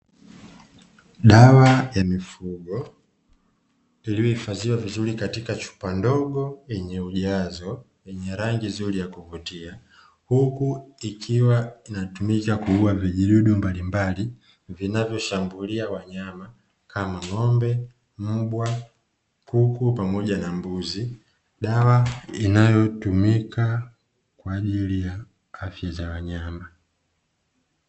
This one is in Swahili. Dawa ya mifugo iliyohifadhiwa vizuri katika chupa ndogo yenye ujazo yenye rangi nzuri yakuvutia, huku ikiwa inatumika kuua vijidudu mbalimbali vinavyoshambulia wanyama kama ng'ombe, mbwa, kuku pamoja na mbuzi; dawa inayotumika kwa ajili ya afya za wanyama.